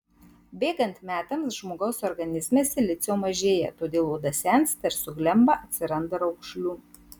bėgant metams žmogaus organizme silicio mažėja todėl oda sensta ir suglemba atsiranda raukšlių